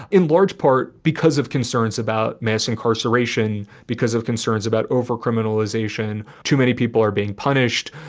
in large part because of concerns about mass incarceration, because of concerns about over criminalization. too many people are being punished.